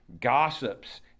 gossips